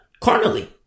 Carnally